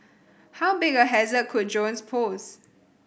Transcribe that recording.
how big a hazard could drones pose